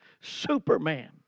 Superman